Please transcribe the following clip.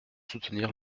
soutenir